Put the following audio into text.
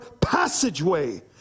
passageway